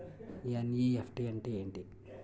NEFT అంటే ఎంటి?